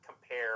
compare